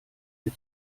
mir